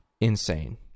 Insane